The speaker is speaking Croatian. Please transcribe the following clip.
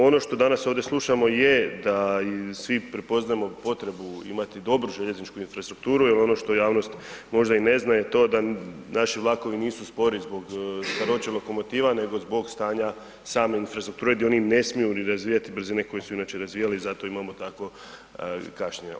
Ono što danas ovdje slušamo je da i svi prepoznajemo potrebi imati dobru željezničku infrastrukturu jer ono što javnost možda i ne zna je to da naši vlakovi nisu spori zbog staroće lokomotiva nego zbog stanja same infrastrukture gdje oni ne smiju razvijati brzine koje su inače razvijali i zato imamo takvo kašnjenja.